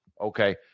Okay